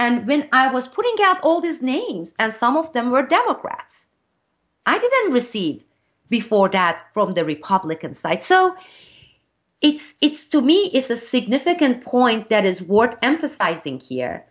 and when i was putting out all these names and some of them were democrats i didn't receive before that from the republican side so it's it's to me is a significant point that is what emphasizing